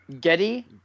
Getty